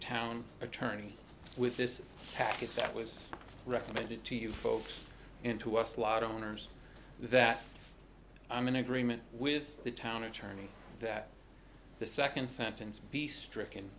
town attorney with this package that was recommended to you folks into our slot owners that i'm in agreement with the town attorney that the second sentence be stricken